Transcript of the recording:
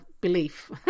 belief